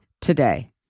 today